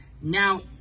Now